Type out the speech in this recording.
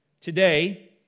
Today